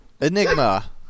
Enigma